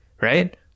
right